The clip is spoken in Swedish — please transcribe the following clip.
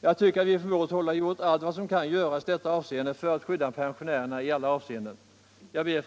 Jag tycker att vi från vårt håll har gjort allt vad som kan göras för att skydda pensionärerna i alla avseenden. Jag ber,